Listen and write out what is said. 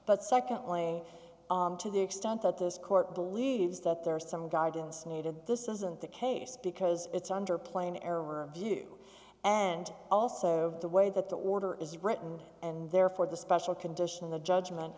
but secondly to the extent that this court believes that there is some guidance needed this isn't the case because it's under plain error of view and also the way that the order is written and therefore the special condition of the judgment